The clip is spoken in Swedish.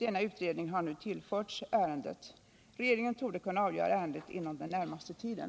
Denna utredning har nu tillförts ärendet. Regeringen torde kunna avgöra ärendet inom den närmaste tiden.